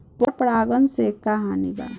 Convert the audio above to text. पर परागण से का हानि बा?